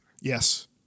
yes